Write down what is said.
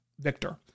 Victor